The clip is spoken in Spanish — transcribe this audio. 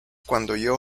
cuando